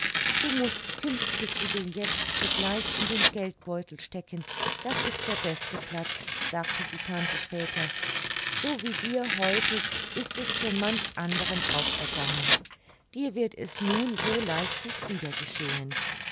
du mußt künftig die billets sogleich in den geldbeutel stecken das ist der beste platz sagte die tante später so wie dir heute ist es schon manch anderem auch ergangen dir wird es nun so leicht nicht wieder geschehen